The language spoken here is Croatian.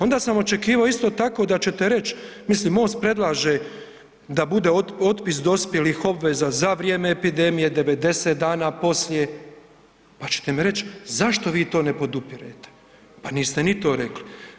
Onda sam očekivao isto tako da ćete reći, mislim MOST predlaže da bude otpis dospjelih obveza za vrijeme epidemije 90 dana poslije, pa ćete mi reći zašto vi to ne podupirete, pa niste ni to rekli.